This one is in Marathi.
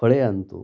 फळे आणतो